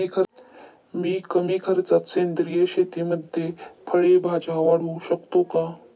मी कमी खर्चात सेंद्रिय शेतीमध्ये फळे भाज्या वाढवू शकतो का?